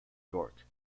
york